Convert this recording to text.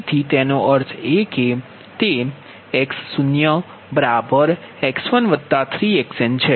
તેથી તેનો અર્થ એ કે તે X0X13Xn છે